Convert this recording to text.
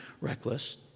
reckless